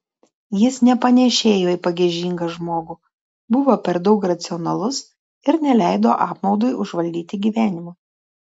jis nepanėšėjo į pagiežingą žmogų buvo per daug racionalus ir neleido apmaudui užvaldyti gyvenimo